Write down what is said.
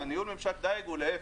ניהול ממשק הדייג הוא להפך.